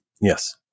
Yes